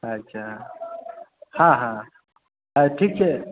अच्छा हँ हँ हँ ठीक छै